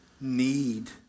need